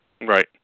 Right